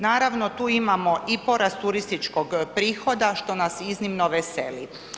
Naravno, tu imamo i porast turističkog prihoda što nas iznimno veseli.